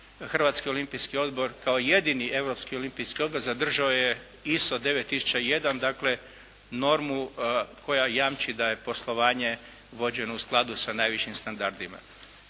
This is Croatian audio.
Hrvatski olimpijski odbor kao jedini europski olimpijski odbor zadržao je ISO 9001, dakle normu koja jamči da je poslovanje vođeno u skladu sa najvišim standardima.